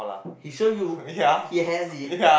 he show you he has it